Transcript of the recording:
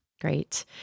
Great